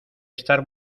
estar